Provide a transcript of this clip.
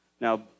Now